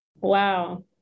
Wow